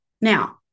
Now